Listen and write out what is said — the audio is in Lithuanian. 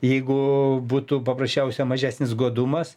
jeigu būtų paprasčiausia mažesnis godumas